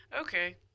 Okay